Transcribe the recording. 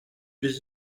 les